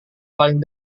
paling